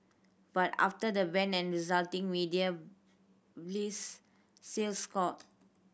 but after the ban and resulting media blitz sales soared